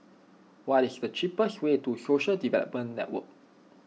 what is the cheapest way to Social Development Network